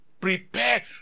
Prepare